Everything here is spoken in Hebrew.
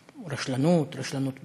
רשלנות, רשלנות פושעת,